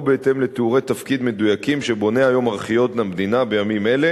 בהתאם לתיאורי תפקיד מדויקים שבונה ארכיון המדינה בימים אלה